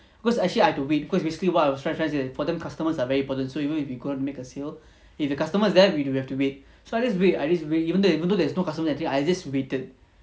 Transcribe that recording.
because actually I have to wait cause basically what I was try trying to say for them customers are very important so even if you go and make a sale if the customers there we do have to wait so I just wait I just wait even though even though there's no customers I think I just waited